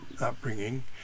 upbringing